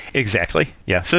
exactly. yeah. so